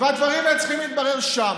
והדברים האלה צריכים להתברר שם.